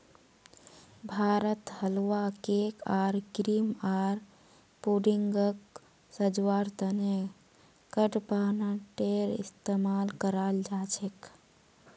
भारतत हलवा, केक आर क्रीम आर पुडिंगक सजव्वार त न कडपहनटेर इस्तमाल कराल जा छेक